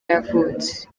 yavutse